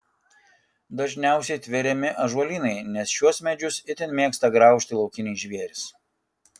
dažniausiai tveriami ąžuolynai nes šiuos medžius itin mėgsta graužti laukiniai žvėrys